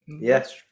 yes